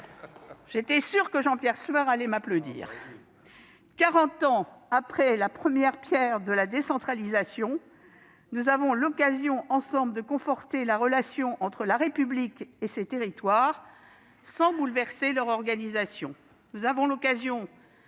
nous sommes », écrivait Charles Péguy. Quarante ans après la première pierre de la décentralisation, nous avons l'occasion, ensemble, de conforter la relation entre la République et ses territoires sans bouleverser leur organisation. Nous avons l'occasion